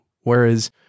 Whereas